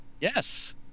Yes